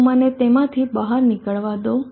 તો મને તેમાંથી બહાર નીકળવા દો